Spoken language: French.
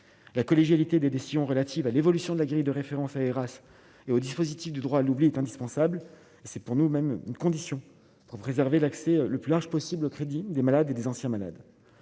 la collégialité des décisions relatives à l'évolution de la grille de référence à Arras et au dispositif du droit à l'oubli est indispensable, c'est pour nous mêmes conditions pour préserver l'accès le plus large possible crédit des malades et des anciens malades,